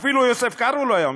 אפילו יוסף קארו לא היה מתקבל.